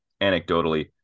anecdotally